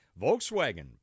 Volkswagen